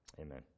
Amen